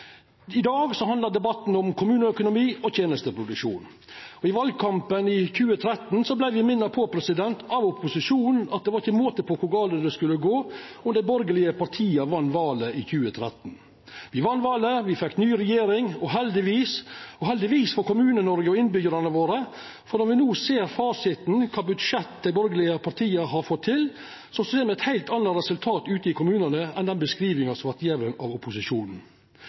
I dag handlar debatten om kommuneøkonomi og tenesteproduksjon. I valkampen i 2013 vart me minte på av opposisjonen at det ikkje var måte på kor gale det skulle gå om dei borgarlege partia vann valet i 2013. Me vann valet, me fekk ny regjering, heldigvis – heldigvis for Kommune-Noreg og innbyggjarane våre, for når me no ser fasiten, kva budsjett dei borgarlege partia har fått til, ser me eit heilt anna resultat ute i kommunane enn den beskrivinga som vart gjeven av opposisjonen.